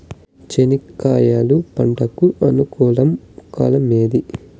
చెనక్కాయలు పంట కు అనుకూలమా కాలం ఏది?